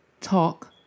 Talk